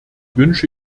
wünsche